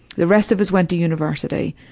the rest of us went to university.